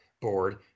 board